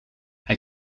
hij